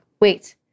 wait